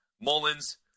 Mullins